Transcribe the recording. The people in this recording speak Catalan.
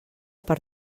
per